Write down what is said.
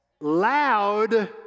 Loud